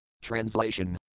Translation